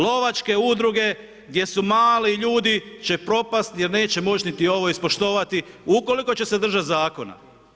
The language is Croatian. Lovačke udruge, gdje su mali ljudi će propasti jer neće moći niti ovo ispoštovati ukoliko će se držati zakona.